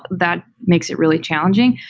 that makes it really challenging.